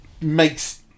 makes